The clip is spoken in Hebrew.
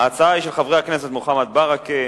ההצעה היא של חברי הכנסת מוחמד ברכה,